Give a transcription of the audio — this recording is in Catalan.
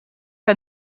que